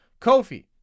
Kofi